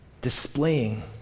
displaying